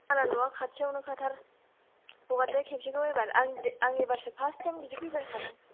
आंना न'वा खाथियावनो खाथार हगारदो खेबसेखौ एबार आं आं एबारसो फार्स्त टाइम बिदि फैफेरखादों